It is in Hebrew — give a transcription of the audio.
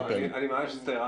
אני ממש מצטער,